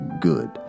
good